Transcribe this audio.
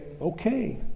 Okay